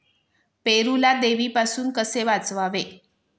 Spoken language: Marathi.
पेरूला देवीपासून कसे वाचवावे?